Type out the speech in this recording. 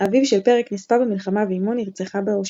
אביו של פרק נספה במלחמה ואמו נרצחה באושוויץ.